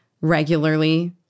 regularly